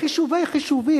וחישובי חישובים.